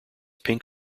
pink